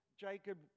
Jacob